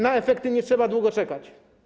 Na efekty nie trzeba długo czekać.